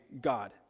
God